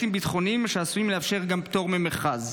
המכרזים,